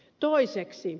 toiseksi